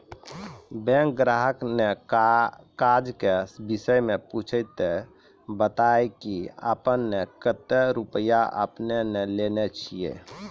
Bank ग्राहक ने काज के विषय मे पुछे ते बता की आपने ने कतो रुपिया आपने ने लेने छिए?